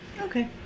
Okay